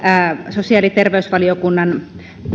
sosiaali ja terveysvaliokunnan